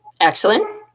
Excellent